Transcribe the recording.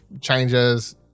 changes